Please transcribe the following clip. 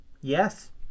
Yes